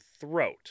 throat